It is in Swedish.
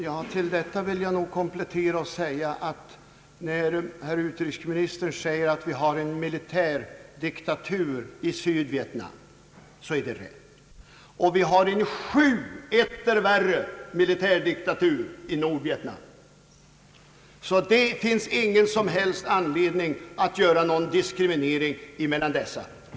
Herr talman! Jag vill nog komplettera utrikesministerns yttrande: det är riktigt att man har en militärdiktatur i Sydvietnam — och man har en sju falt värre militärdiktatur i Nordvietnam. Det finns ingen som helst anledning att göra någon diskriminering mellan dessa.